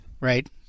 Right